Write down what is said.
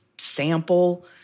sample